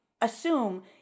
assume